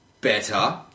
better